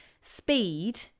speed